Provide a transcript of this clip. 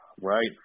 Right